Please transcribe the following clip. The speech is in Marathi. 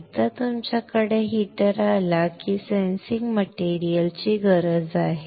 एकदा तुमच्याकडे हीटर आला की तुम्हाला सेन्सिंग मटेरियलची गरज आहे